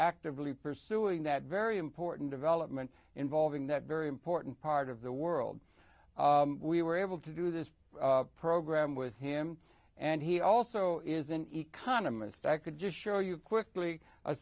actively pursuing that very important development involving that very important part of the world we were able to do this program with him and he also is an economist i could just show you quickly a